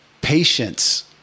patience